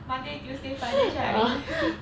monday tuesday friday right